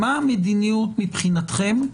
המדיניות מבחינתכם.